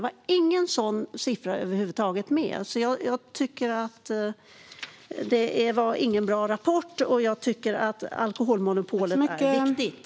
Det var ingen sådan siffra med över huvud taget. Jag tycker att det inte var någon bra rapport, och jag tycker att alkoholmonopolet är viktigt.